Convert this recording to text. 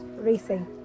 racing